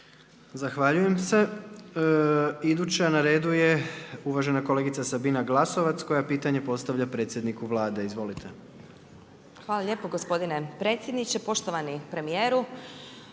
Zahvaljujem se. Iduća na redu je uvažena Sabina Glasovac koja pitanje postavlja predsjedniku Vlade, izvolite. **Glasovac, Sabina (SDP)** Hvala lijepo gospodine predsjedniče. Poštovani premijeru,